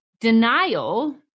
Denial